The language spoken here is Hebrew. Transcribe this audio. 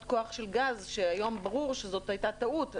כוח של גז שהיום ברור שזאת הייתה טעות.